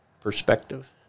perspective